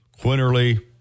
Quinterly